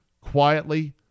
Quietly